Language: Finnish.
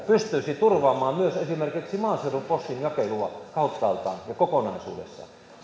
pystyisi turvaamaan myös esimerkiksi maaseudun postinjakelua kauttaaltaan ja kokonaisuudessaan